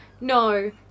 No